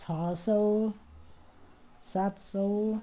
छ सौ सात सौ